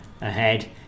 ahead